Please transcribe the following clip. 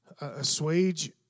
assuage